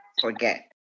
forget